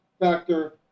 factor